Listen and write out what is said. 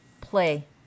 play